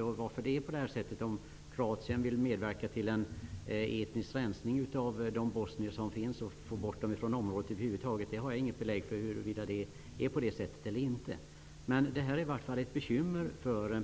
Jag har inga belägg för om man i Kroatien på detta sätt vill medverka till en etnisk rensning av de bosnier som finns och få bort dem från området. Jag vet inte om det är så. Detta är i alla fall ett bekymmer för